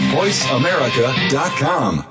voiceamerica.com